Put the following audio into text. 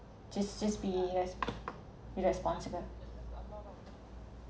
just just be res~ responsible